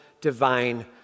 divine